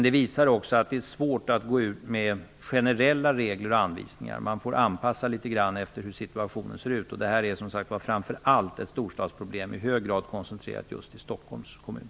Det visar också att det är svårt att gå ut med generella regler och anvisningar. Man får anpassa litet grand efter hur situationen ser ut. Det här är som sagt framför allt ett storstadsproblem, i hög grad koncentrerat till just Stockholms kommun.